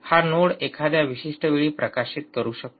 हा नोड एखाद्या विशिष्ट वेळी प्रकाशित करू शकतो